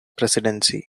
presidency